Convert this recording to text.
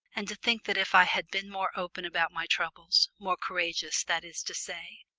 and to think that if i had been more open about my troubles, more courageous that is to say,